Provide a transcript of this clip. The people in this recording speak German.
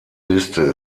liste